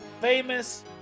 famous